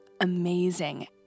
amazing